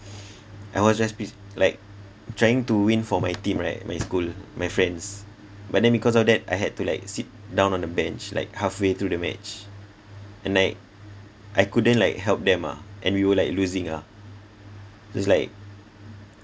I was just pis~ like trying to win for my team right my school my friends but then because of that I had to like sit down on the bench like halfway through the match and like I couldn't like help them ah and we were like losing ah so it's like